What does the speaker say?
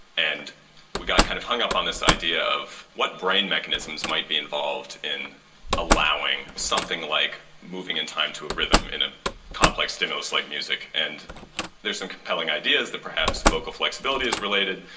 and we got kind of hung up on this idea of what brain mechanisms might be involved in allowing something like moving in time to a rhythm in a complex stimulus like music. and there's some compelling ideas that perhaps vocal flexibility is related,